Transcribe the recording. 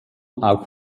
auch